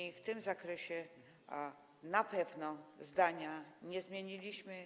I w tym zakresie na pewno zdania nie zmieniliśmy.